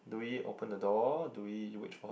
do we open the door do we wait for her